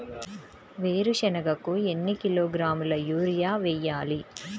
వేరుశనగకు ఎన్ని కిలోగ్రాముల యూరియా వేయాలి?